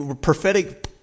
prophetic